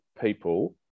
people